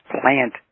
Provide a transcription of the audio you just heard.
plant